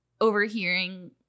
overhearing